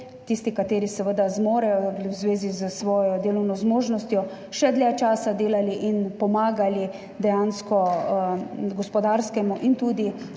tisti, ki seveda zmorejo v zvezi s svojo delovno zmožnostjo, še dlje časa delali in dejansko pomagali gospodarskemu in tudi